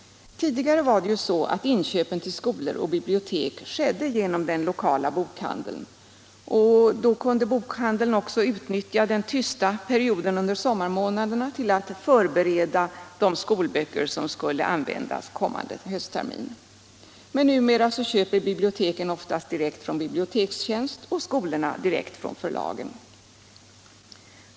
Tidigare gjordes inköpen till skolor och bibliotek genom den lokala bokhandeln, och därigenom kunde man inom bokhandeln använda den tysta perioden under sommaren till att införskaffa skolböcker till följande hösttermin. Numera köper dock biblioteken oftast direkt från Bibliotekstjänst och skolorna direkt från förlagen.